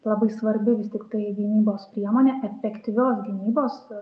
labai svarbi vis tiktai gynybos priemonė efektyvios gynybos